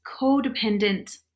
codependent